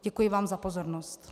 Děkuji vám za pozornost.